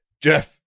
Jeff